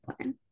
plan